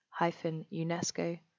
UNESCO